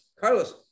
Carlos